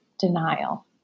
denial